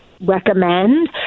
recommend